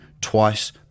twice